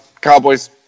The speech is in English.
Cowboys